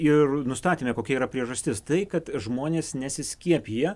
ir nustatėme kokia yra priežastis tai kad žmonės nesiskiepija